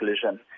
collision